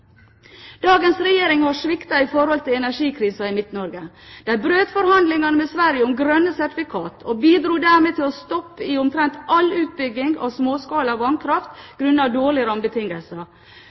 Dagens regjering har sviktet i forhold til energikrisen i Midt-Norge. De brøt forhandlingene med Sverige om grønne sertifikater og bidro dermed til stopp i omtrent all utbygging av småskala vannkraft, grunnet dårlige rammebetingelser.